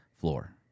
floor